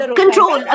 control